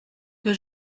que